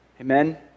Amen